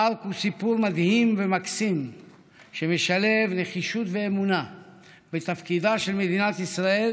מרק הוא סיפור מדהים ומקסים שמשלב נחישות ואמונה בתפקידה של מדינת ישראל